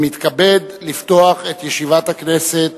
אני מתכבד לפתוח את ישיבת הכנסת.